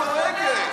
איפה רגב?